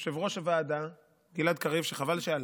יושב-ראש הוועדה גלעד קריב, שחבל שהלך,